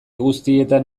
guztietan